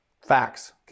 Facts